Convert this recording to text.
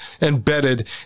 embedded